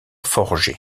forgé